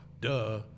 duh